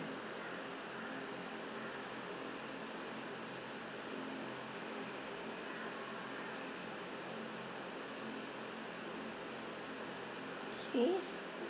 K